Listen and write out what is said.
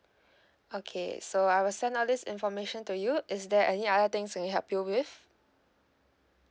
okay so I will send all this information to you is there any other things can I help you with